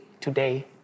today